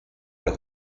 los